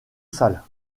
salles